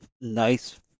nice